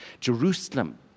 Jerusalem